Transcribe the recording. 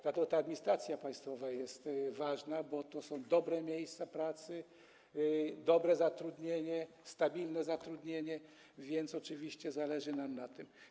Dlatego ta administracja państwowa jest ważna, bo to są dobre miejsca pracy, dobre zatrudnienie, stabilne zatrudnienie, więc oczywiście zależy nam na tym.